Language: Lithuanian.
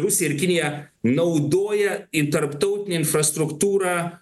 rusija ir kinija naudoja į tarptautinę infrastruktūrą